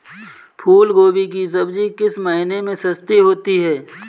फूल गोभी की सब्जी किस महीने में सस्ती होती है?